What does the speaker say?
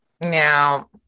Now